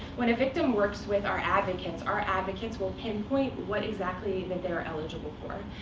when a victim works with our advocates, our advocates will pinpoint what exactly that they are eligible for.